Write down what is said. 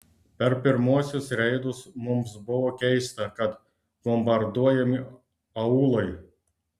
per pirmuosius reidus mums buvo keista kad bombarduojami aūlai